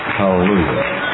hallelujah